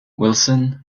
wilson